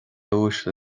uaisle